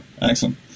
Excellent